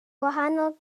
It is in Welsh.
gwahanol